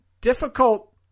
difficult